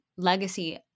legacy